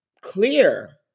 clear